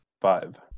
Five